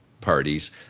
parties